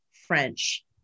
French